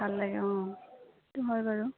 ভাল লাগে অঁ সেইটো হয় বাৰু